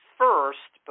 first